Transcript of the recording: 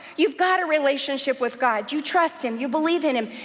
you've got a relationship with god. you trust him. you believe in him,